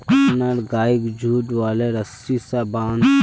अपनार गइक जुट वाले रस्सी स बांध